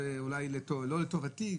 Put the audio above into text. אולי זה כבר לא "לטובתי",